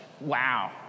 Wow